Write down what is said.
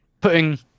putting